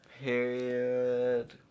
Period